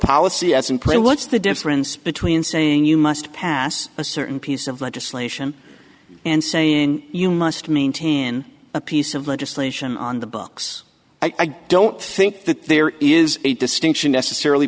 policy as in play what's the difference between saying you must pass a certain piece of legislation and saying you must maintain a piece of legislation on the books i don't think that there is a distinction necessarily